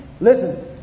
Listen